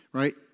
right